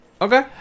Okay